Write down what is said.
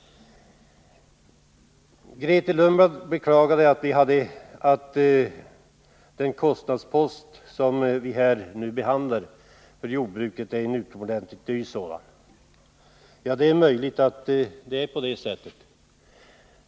Grethe Lundblad förklarade att den kostnadspost för jordbruket som vi nu behandlar är en utomordentligt dyr sådan. Det är möjligt att man kan se det så.